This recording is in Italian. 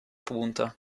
punta